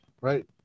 Right